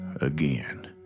again